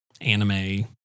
anime